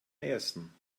nähesten